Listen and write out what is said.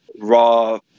raw